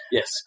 Yes